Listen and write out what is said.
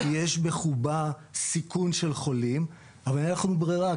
כי יש בחובה סיכון של חולים, אבל אין לנו ברירה.